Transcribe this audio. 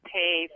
pay